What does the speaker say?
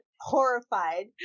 horrified